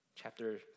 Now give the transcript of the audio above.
Chapter